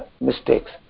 mistakes